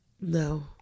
no